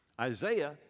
Isaiah